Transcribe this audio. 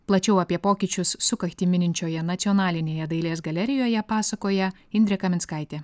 plačiau apie pokyčius sukaktį mininčioje nacionalinėje dailės galerijoje pasakoja indrė kaminskaitė